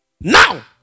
Now